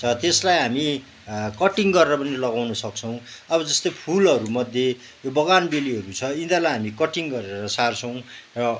छ त्यसलाई हामी कटिङ गरेर पनि लगाउन सक्छौँ अब जस्तै फुलहरूमध्ये यो बगानबेलीहरू छ यिनीहरूलाई हामी कटिङ गरेर सार्छौँ र